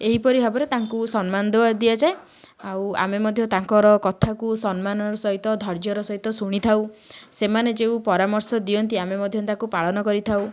ଏହିପରି ଭାବରେ ତାଙ୍କୁ ସମ୍ମାନ ଦଉ ଦିଆଯାଏ ଆଉ ଆମେ ମଧ୍ୟ ତାଙ୍କର କଥାକୁ ସମ୍ମାନର ସହିତ ଧୈର୍ଯ୍ୟର ସହିତ ଶୁଣିଥାଉ ସେମାନେ ଯେଉଁ ପରାମର୍ଶ ଦିଅନ୍ତି ଆମେ ମଧ୍ୟ ତାକୁ ପାଳନ କରିଥାଉ